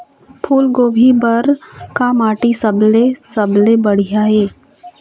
फूलगोभी बर का माटी सबले सबले बढ़िया ये?